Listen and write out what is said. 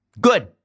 good